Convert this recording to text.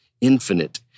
infinite